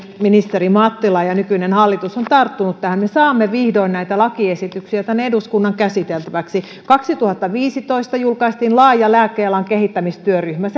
nyt ministeri mattila ja ja nykyinen hallitus ovat tarttuneet tähän me saamme vihdoin näitä lakiesityksiä tänne eduskunnan käsiteltäväksi kaksituhattaviisitoista julkaistiin laaja lääkealan kehittämistyöryhmän